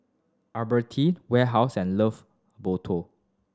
Alberti Warehouse and Love Boto